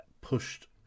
pushed